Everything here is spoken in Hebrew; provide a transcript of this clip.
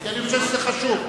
אני חושב שזה חשוב.